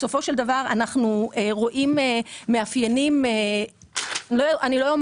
אנחנו רואים מאפיינים אני לא אומר